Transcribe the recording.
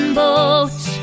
boats